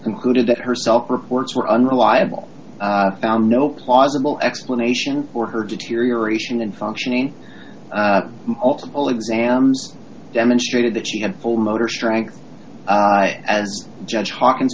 concluded that herself reports were unreliable found no plausible explanation for her deterioration and functioning multiple exams demonstrated that she had full motor strength as judge hawkin